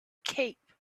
cape